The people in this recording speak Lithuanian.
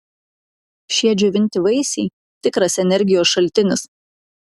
šie džiovinti vaisiai tikras energijos šaltinis